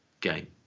game